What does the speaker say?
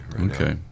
Okay